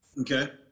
Okay